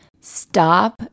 Stop